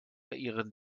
ihren